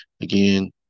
Again